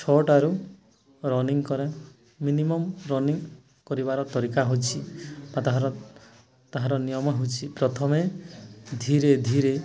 ଛଅଟାରୁ ରନିଙ୍ଗ କରେ minimum running କରିବାର ତରିକା ହେଉଛି ବା ତାହାର ତାହାର ନିୟମ ହେଉଛିି ପ୍ରଥମେ ଧୀରେ ଧୀରେ